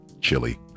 chili